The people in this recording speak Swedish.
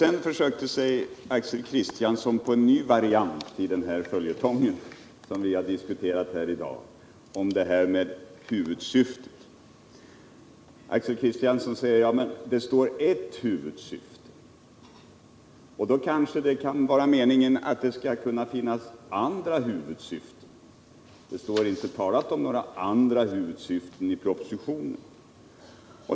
Sedan försökte sig Axel Kristiansson på en ny variant av den följetong som vi i dag har diskuterat, nämligen detta med huvudsyftet. Axel Kristiansson säger att det står ers huvudsyfte och då kanske det är meningen att det skall finnas andra huvudsyften. Men det står inte talat om några andra huvudsyften i propositionen.